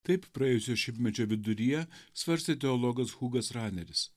taip praėjusio šimtmečio viduryje svarstė teologas hugas raneris